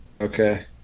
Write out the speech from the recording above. okay